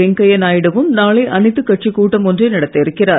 வெங்கையா நாயுடுவும் நாளை அனைத்துக் கட்சிக் கூட்டம் ஒன்றை நடத்த இருக்கிறார்